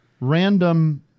random